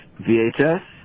vhs